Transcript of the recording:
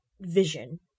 vision